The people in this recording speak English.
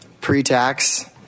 pre-tax